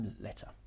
letter